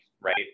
right